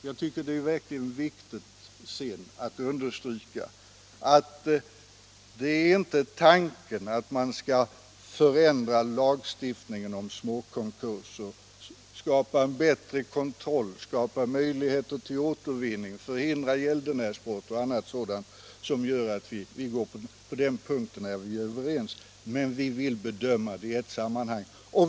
Jag tycker att det är verkligt viktigt att understryka att det inte är tanken att man skall förändra lagstiftningen om småkonkurser, skapa en bättre kontroll, skapa möjligheter till återvinning, förhindra gäldenärsbrott och annat sådant som gör att vi går emot. På den punkten är vi överens. Men vi vill bedöma frågorna i ett sammanhang.